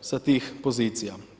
sa tih pozicija.